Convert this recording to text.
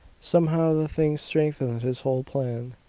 somehow the thing strengthened his whole plan.